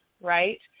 right